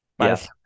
Yes